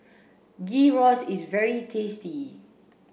Gyros is very tasty